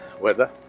weather